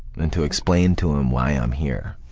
and to explain to him why i'm here.